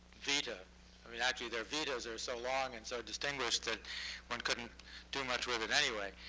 vita i mean, actually their vitas are so long and so distinguished, that one couldn't do much with it anyway.